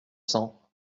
cents